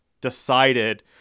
decided